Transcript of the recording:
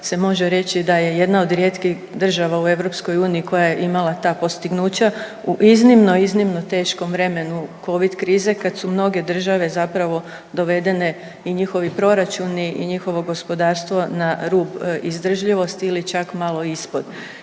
se može reći da je jedna od rijetkih država u EU koja je imala ta postignuća u iznimno, iznimno teškom vremenu covid krize kad su mnoge države zapravo dovedene i njihovi proračuni i njihovo gospodarstvo na rub izdržljivosti ili čak malo ispod.